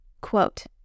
Quote